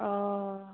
অঁ